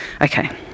okay